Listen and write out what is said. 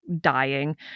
dying